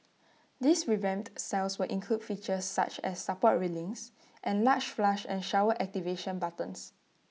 these revamped cells will include features such as support railings and large flush and shower activation buttons